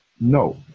no